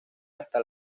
hasta